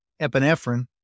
epinephrine